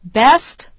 best